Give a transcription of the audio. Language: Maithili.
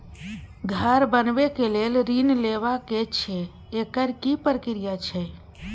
घर बनबै के लेल ऋण लेबा के छै एकर की प्रक्रिया छै?